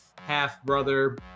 half-brother